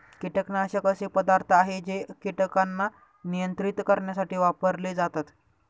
कीटकनाशक असे पदार्थ आहे जे कीटकांना नियंत्रित करण्यासाठी वापरले जातात